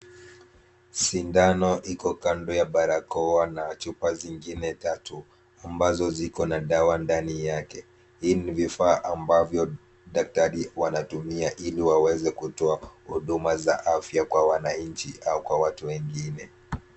Sindano iko kando ya barakoa na chupa zingine tatu ambazo ziko na dawa ndani yake, hii ni vifaa ambavyo daktari huwa anatumia ili waweze kutoa huduma za afya kwa wananchi au kwa watu wengine.